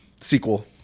sequel